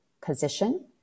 position